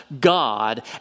God